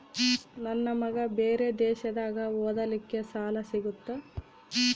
ನನ್ನ ಮಗ ಬೇರೆ ದೇಶದಾಗ ಓದಲಿಕ್ಕೆ ಸಾಲ ಸಿಗುತ್ತಾ?